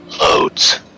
Loads